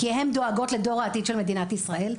כי הן דואגות לדור העתיד של מדינת ישראל.